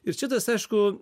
ir čia tas aišku